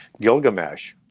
Gilgamesh